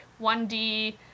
1D